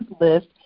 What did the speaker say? list